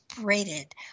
braided